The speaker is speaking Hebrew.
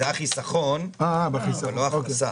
זה החיסכון, זה לא ההכנסה.